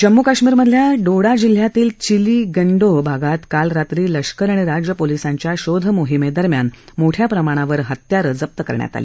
जम्मू कश्मीरमधल्या डोडा जिल्ह्यातील चिली गंनडोह भागात काल रात्री लष्कर आणि राज्य पोलिसांच्या शोध मोहिमेदरम्यान मोठ्याप्रमाणावर हत्यारं जप्त करण्यात आली